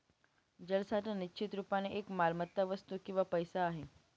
जलसाठा निश्चित रुपाने एक मालमत्ता, वस्तू किंवा पैसा आहे